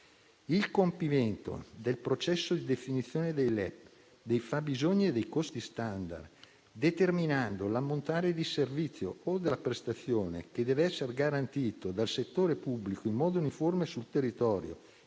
Il compimento del processo di definizione dei LEP, dei fabbisogni e dei costi *standard*, determinando l'ammontare del servizio o della prestazione che deve essere garantito dal settore pubblico in modo uniforme sul territorio